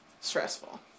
stressful